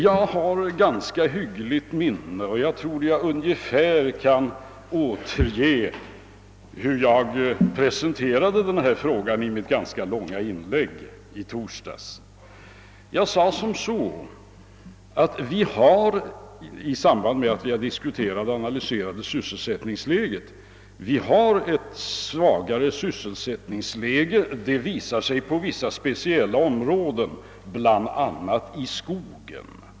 Jag har ett ganska hyggligt minne, och jag tror att jag ungefärligen kan återge hur jag presenterade denna fråga i mitt tämligen långa inlägg i torsdags i samband med att vi diskuterade och analyserade = sysselsättningsläget. Jag sade som så, att vi har ett svagare sysselsättningsläge nu och att detta visar sig på vissa speciella områden, bl.a. i skogen.